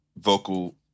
vocal